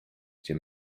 gdzie